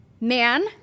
man